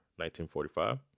1945